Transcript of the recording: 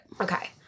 Okay